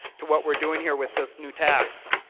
to what we're doing here with this new tax